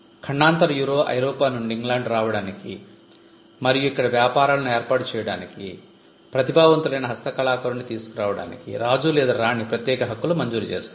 ఖండాంతర ఐరోపా నుండి ఇంగ్లాండ్ రావడానికి మరియు ఇక్కడ వ్యాపారాలను ఏర్పాటు చేయడానికి ప్రతిభావంతులైన హస్తకళాకారుడిని తీసుకు రావడానికి రాజు లేదా రాణి ప్రత్యేక హక్కులు మంజూరు చేశారు